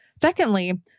Secondly